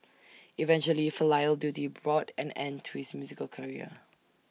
eventually filial duty brought an end to his musical career